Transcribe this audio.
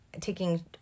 taking